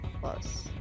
plus